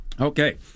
Okay